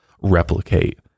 replicate